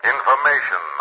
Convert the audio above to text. Information